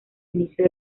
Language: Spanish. inicio